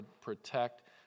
protect